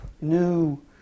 new